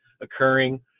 occurring